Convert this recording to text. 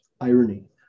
irony